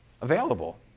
available